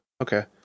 okay